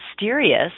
mysterious